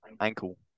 Ankle